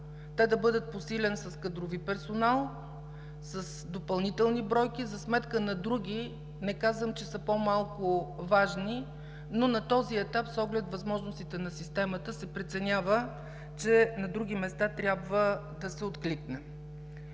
те да бъдат подсилени с кадрови персонал с допълнителни бройки за сметка на други – не казвам, че са по-малко важни, но на този етап с оглед възможностите на системата се преценява, че на други места трябва да се откликне.